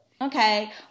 okay